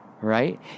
right